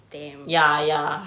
damn